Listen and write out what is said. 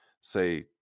say